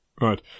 Right